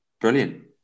Brilliant